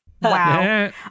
wow